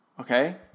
Okay